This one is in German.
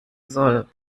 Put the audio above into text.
soll